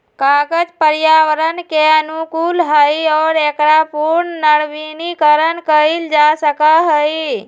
कागज पर्यावरण के अनुकूल हई और एकरा पुनर्नवीनीकरण कइल जा सका हई